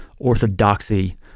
orthodoxy